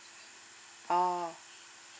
oh